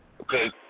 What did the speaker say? Okay